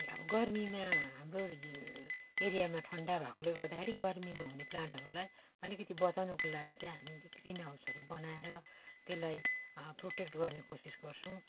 अब गर्मीमा हाम्रो जुन एरियामा ठन्डा भएकोले गर्दाखेरि गर्मीमा हुने प्लान्टहरूलाई अलिकति बचाउनको लागि चाहिँ हामीले ग्रिन हाउसहरू बनाएर त्यसलाई प्रोटेक्ट गर्ने कोसिस गर्छौँ